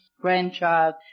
grandchild